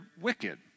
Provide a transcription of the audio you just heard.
wicked